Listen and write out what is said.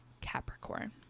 Capricorn